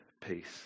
peace